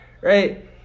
Right